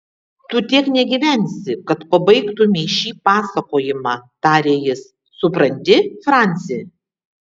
tu tiek negyvensi kad pabaigtumei šį pasakojimą tarė jis supranti franci